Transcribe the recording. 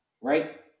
right